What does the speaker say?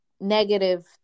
negative